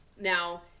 Now